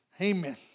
Amen